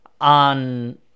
on